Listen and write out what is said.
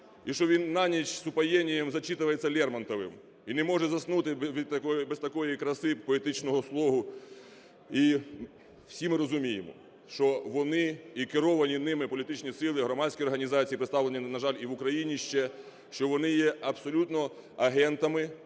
і що він на ніч с упоением зачитывается Лермонтовим, і не може заснути без такої краси поетичного слогу. І всі ми розуміємо, що вони і керовані ними політичні сили, громадські організації, представлені, на жаль, і в Україні ще, що вони є абсолютно агентами